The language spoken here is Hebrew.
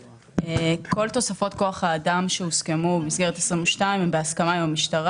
כל תוספות כוח האדם שהוסכמו במסגרת 2022 הן בהסכמה עם המשטרה.